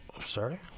Sorry